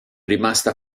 rimasta